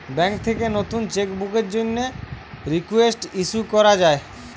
bank থেকে নতুন cheque বুকের জন্যে রিকোয়েস্ট ইস্যু করা যায়